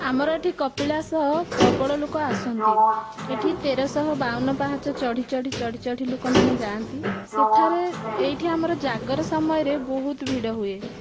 ଆମର ଏଠି କପିଳାଶ ପ୍ରବଳ ଲୋକ ଆସନ୍ତି ଏଠି ତେରଶହ ବାଉନ ପାହାଚ ଚଢ଼ି ଚଢ଼ି ଚଢ଼ି ଚଢ଼ି ଲୋକମାନେ ଯାଆନ୍ତି ସେଠାରେ ଏଇଠି ଆମର ଜାଗର ସମୟରେ ବହୁତ ଭିଡ଼ ହୁଏ